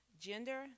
gender